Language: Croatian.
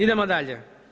Idemo dalje.